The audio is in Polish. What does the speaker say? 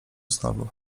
znowu